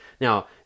Now